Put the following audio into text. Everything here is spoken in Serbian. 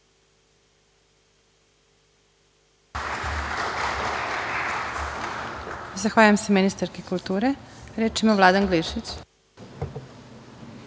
Zahvaljujem se ministarki kulture. Reč ima Vladan